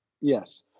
Yes